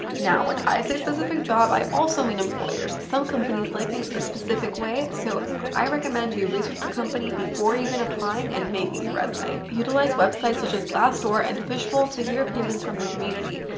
now when i say specific job i also mean employer. some companies like things a specific way so i recommend you you research the company before even applying and making your resume. utilize websites such as glassdoor and fishbowl to hear opinions from the community.